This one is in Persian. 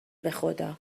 بخدا